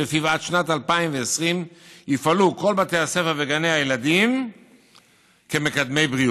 שלפיו עד לשנת 2020 יפעלו כל בתי הספר וגני הילדים כמקדמי בריאות.